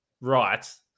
right